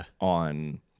on